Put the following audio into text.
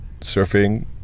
surfing